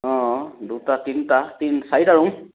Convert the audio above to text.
অঁ দুটা তিনিটা তিনি চাৰিটা ৰুম